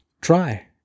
try